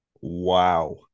Wow